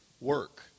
work